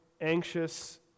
anxious